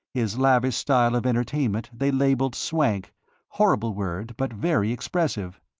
his lavish style of entertainment they labelled swank' horrible word but very expressive!